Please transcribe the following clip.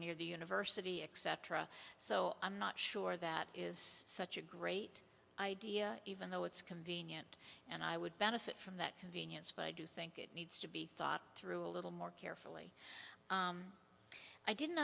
near the university except so i'm not sure that is such a great idea even though it's convenient and i would benefit from that convenience but i do think it needs to be thought through a little more carefully i didn't